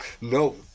No